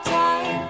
time